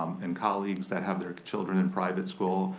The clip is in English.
and colleagues that have their children in private school,